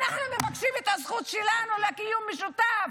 אנחנו מבקשים את הזכות שלנו לקיום משותף.